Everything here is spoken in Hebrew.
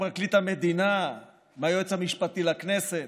מפרקליט המדינה והיועץ המשפטי לכנסת,